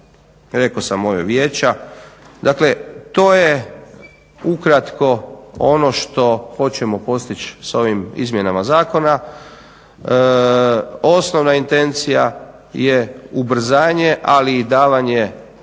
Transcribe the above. se ne razumije./… Dakle, to je ukratko ono što hoćemo postići s ovim izmjenama zakona. Osnovna intencija je ubrzanje ali i davanje